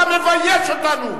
אתה מבייש אותנו.